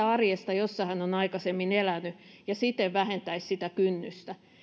arjesta jossa hän on aikaisemmin elänyt ja siten se vähentäisi sitä kynnystä